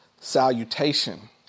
salutation